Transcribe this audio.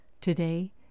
today